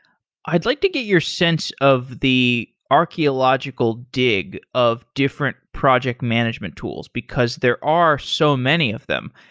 i'd like to get your sense of the archeological dig of different project management tools, because there are so many of them.